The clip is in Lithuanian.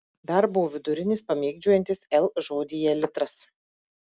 dar buvo vidurinis pamėgdžiojantis l žodyje litras